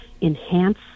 enhance